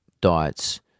diets